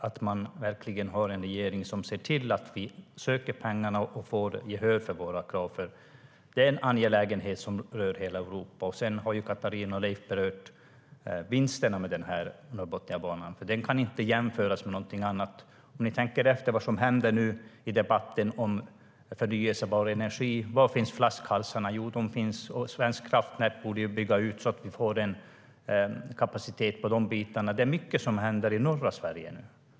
Det är viktigt att regeringen ser till att vi söker pengarna och får gehör för våra krav. Detta är ju en angelägenhet för hela Europa.Leif Pettersson och Katarina Köhler har berört vinsterna med Norrbotniabanan. Den kan inte jämföras med någonting annat. Om ni tänker efter vad som händer nu i debatten om förnybar energi - var finns flaskhalsarna? Svenska kraftnät borde bygga ut så att vi får en kapacitet även på de bitarna. Det är mycket som händer i norra Sverige.